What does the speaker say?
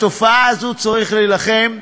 בתופעה הזו צריך להילחם,